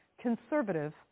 conservative